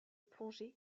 plongée